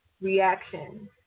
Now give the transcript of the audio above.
reaction